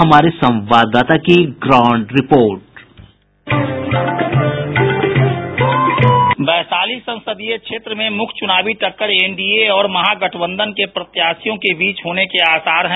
हमारे संवाददाता की ground report sound bite Vaishali संसदीय क्षेत्र में मुख्य चुनावी टक्कर एनडीए और महागठबंधन के प्रत्याशियों के बीच होने के आसार हैं